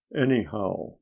anyhow